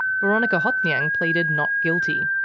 boronika hothnyang pleaded not guilty.